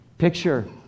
Picture